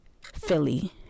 Philly